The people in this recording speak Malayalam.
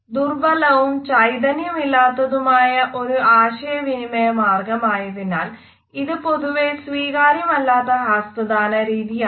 ദുർബലവും ചൈതന്യമില്ലാത്തതുമായ ഒരു ആശയവിനിമയ മാർഗമായതിനാൽ ഇത് പൊതുവെ സ്വീകാര്യമല്ലാത്ത ഹസ്തദാന രീതിയാണ്